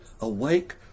awake